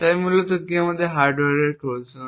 তাই মূলত কি আমাদের হার্ডওয়্যার ট্রোজান